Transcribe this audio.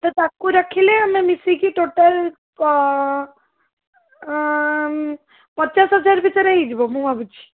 ତ ତାକୁ ରଖିଲେ ଆମେ ମିଶାଇକି ଟୋଟାଲ୍ ପଚାଶ ହଜାର ଭିତରେ ହେଇଯିବ ମୁଁ ଭାବୁଛି